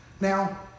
Now